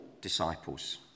disciples